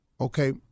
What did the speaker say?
okay